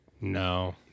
No